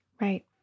Right